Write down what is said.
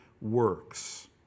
works